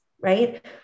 right